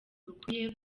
bukwiye